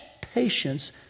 patience